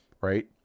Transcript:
right